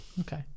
okay